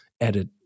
edit